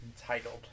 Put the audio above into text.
entitled